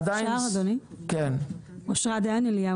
אפשר אדוני?